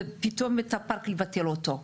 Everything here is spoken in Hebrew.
ופתאום את הפארק לבטל אותו.